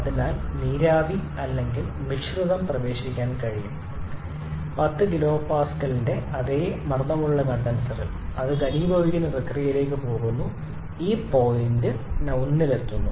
അതിനാൽ നീരാവി അല്ലെങ്കിൽ മിശ്രിതം പ്രവേശിക്കാൻ കഴിയും 10 kPa യുടെ അതേ മർദ്ദമുള്ള കണ്ടൻസർ അത് ഘനീഭവിക്കുന്ന പ്രക്രിയയിലേക്ക് പോകുന്നു ഈ പോയിന്റ് നമ്പർ 1 ൽ എത്തുന്നു